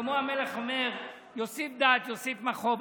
שלמה המלך אומר: יוסיף דעת יוסיף מכאוב.